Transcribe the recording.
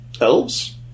elves